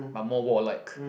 but more war liked